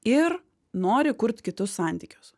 ir nori kurt kitus santykius